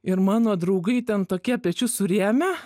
ir mano draugai ten tokie pečius surėmę